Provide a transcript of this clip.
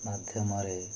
ମାଧ୍ୟମରେ